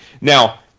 Now